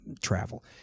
travel